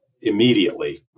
immediately